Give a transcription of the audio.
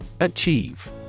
Achieve